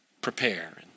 prepare